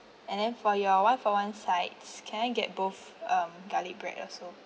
and then for your one for one sides can I get both um garlic bread also